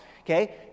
okay